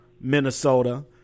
minnesota